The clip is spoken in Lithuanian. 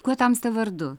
kuo tamsta vardu